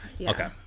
Okay